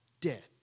dead